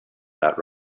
that